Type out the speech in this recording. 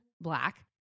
black